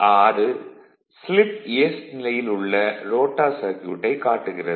6 slip s நிலையில் உள்ள rotor சர்க்யூட்டைக் காட்டுகிறது